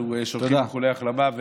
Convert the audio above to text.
אנחנו שולחים איחולי החלמה.